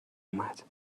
اومد